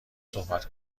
صحبت